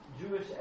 Jewish